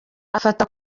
afata